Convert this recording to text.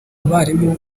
barimu